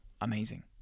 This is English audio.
amazing